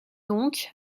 donc